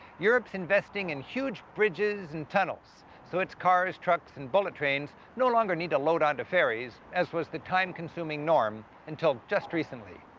europe's investing in huge bridges and tunnels so its cars, trucks, and bullet trains no longer need to load onto ferries, as was the time-consuming norm until just recently.